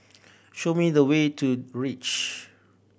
show me the way to Reach